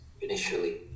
initially